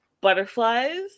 butterflies